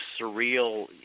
surreal